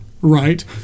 right